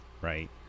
right